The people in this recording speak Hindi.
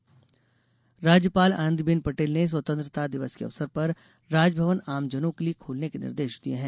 राज्यपाल राज्यपाल आनंदीबेन पटेल ने स्वतंत्रता दिवस के अवसर पर राजभवन आम जनों के लिए खोलने के निर्देश दिये हैं